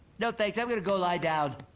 no, thanks, i'm gonna go lie down.